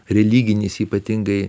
religinis ypatingai